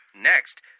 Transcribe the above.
Next